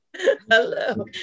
Hello